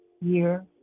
year